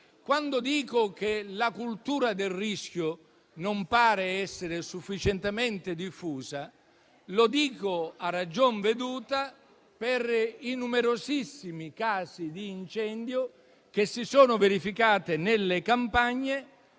Quando dico che la cultura del rischio non pare sufficientemente diffusa, lo dico a ragion veduta, per i numerosissimi casi di incendio che si sono verificati nelle campagne